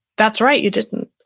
that's right, you didn't,